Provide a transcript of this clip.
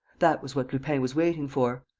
that was what lupin was waiting for.